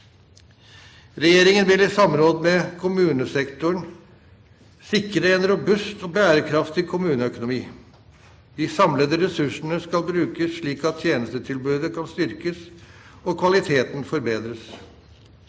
Regjeringen vil i samråd med kommunesektoren sikre en robust og bærekraftig kommuneøkonomi. De samlede ressursene skal brukes slik at tjenestetilbudet kan styrkes og kvaliteten forbedres.